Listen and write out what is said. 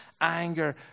anger